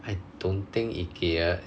I don't think Ikea